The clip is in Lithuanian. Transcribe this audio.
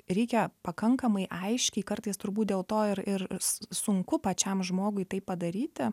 reikia pakankamai aiškiai kartais turbūt dėl to ir ir sunku pačiam žmogui tai padaryti